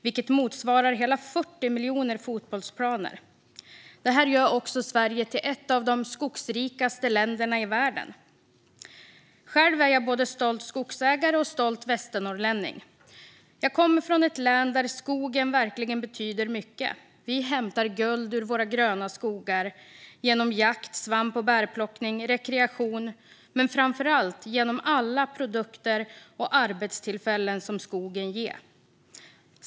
Det motsvarar hela 40 miljoner fotbollsplaner, och det här gör också Sverige till ett av de skogrikaste länderna i världen. Själv är jag både stolt skogsägare och stolt västernorrlänning. Jag kommer från ett län där skogen verkligen betyder mycket. Vi hämtar guld ur våra gröna skogar genom jakt, svamp och bärplockning, rekreation och framför allt genom alla produkter och arbetstillfällen som skogen ger.